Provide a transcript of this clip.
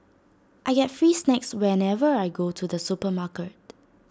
I get free snacks whenever I go to the supermarket